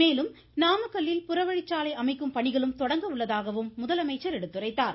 மேலும் நாமக்கல்லில் புறவழிச்சாலை அமைக்கும் பணிகளும் தொடங்க உள்ளதாக எடுத்துரைத்தார்